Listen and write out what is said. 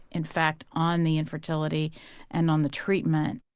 in fact on the infertility and on the treatment.